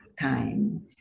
time